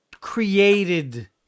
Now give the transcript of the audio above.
created